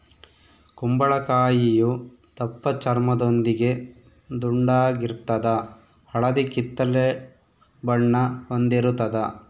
ಕುಂಬಳಕಾಯಿಯು ದಪ್ಪಚರ್ಮದೊಂದಿಗೆ ದುಂಡಾಗಿರ್ತದ ಹಳದಿ ಕಿತ್ತಳೆ ಬಣ್ಣ ಹೊಂದಿರುತದ